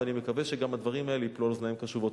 ואני מקווה שגם הדברים האלה ייפלו על אוזניים קשובות.